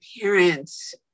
parents